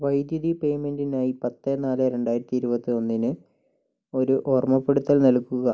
വൈദ്യുതി പേയ്മെൻറ്റിനായി പത്ത് നാല് രണ്ടായിരത്തി ഇരുപത്തൊന്നിന് ഒരു ഓർമ്മപ്പെടുത്തൽ നൽകുക